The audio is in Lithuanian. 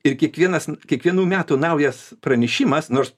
ir kiekvienas kiekvienų metų naujas pranešimas nors